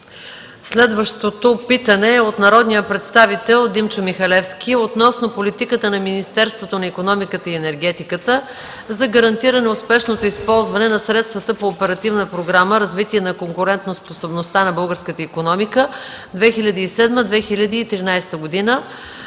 Следващото питане е от народния представител Димчо Михалевски относно политиката на Министерството на икономиката и енергетиката за гарантиране успешното използване на средствата по Оперативна програма „Развитие на конкурентоспособността на българската икономика 2007-2013 г.“